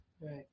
Right